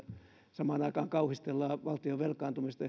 samaan aikaan kauhistellaan valtion velkaantumista